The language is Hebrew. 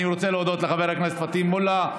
אני רוצה להודות לחבר הכנסת פטין מולא,